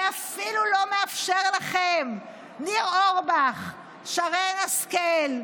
ואפילו לא מאפשר לכם, ניר אורבך, שרן השכל,